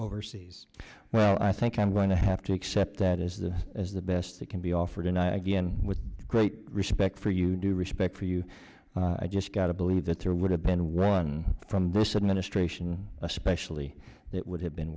overseas well i think i'm going to have to accept that as the as the best that can be offered and i again with great respect for you do respect for you i just got to believe that there would have been one from this administration especially that would have been